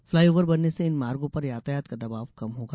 fly over बनने से इन मार्गों पर यातायात का दबाव कम होगा